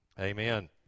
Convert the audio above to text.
Amen